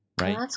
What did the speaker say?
Right